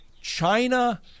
China